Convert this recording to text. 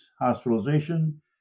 hospitalization